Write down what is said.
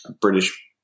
British